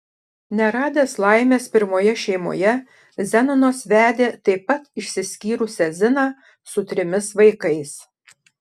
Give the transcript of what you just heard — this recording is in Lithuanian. neradęs laimės pirmoje šeimoje zenonas vedė taip pat išsiskyrusią ziną su trimis vaikais